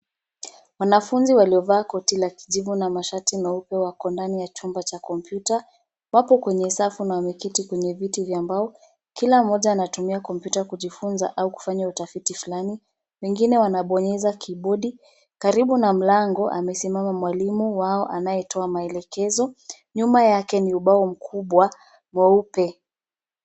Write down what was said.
Wanafunzi waliovaa koti la kijivu na mashati meupe wako ndani ya chumba cha kompyuta. Wako kwenye safu na wameketi kwenye viti vya mbao. Kila mmoja anatumia kompyuta kujifunza au kufanya utafiti fulani. Wengine wanabonyeza kibodi. Karibu na mlango amesimama mwalimu wao anayetoa maelekezo, nyuma yake ni ubao mkubwa mweupe.